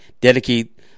dedicate